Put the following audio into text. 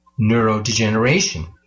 neurodegeneration